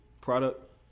product